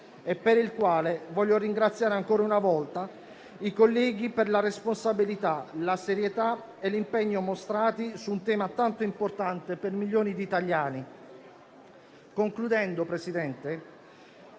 per il quale voglio ringraziare ancora una volta i colleghi per la responsabilità, la serietà e l'impegno mostrati su un tema tanto importante per milioni di italiani. Concludendo, signor Presidente,